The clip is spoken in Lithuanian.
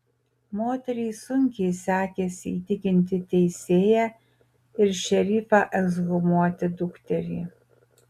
moteriai sunkiai sekėsi įtikinti teisėją ir šerifą ekshumuoti dukterį